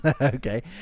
Okay